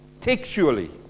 Textually